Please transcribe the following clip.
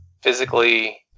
physically